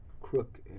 crook